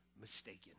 mistaken